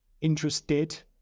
interested